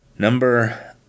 Number